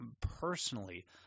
personally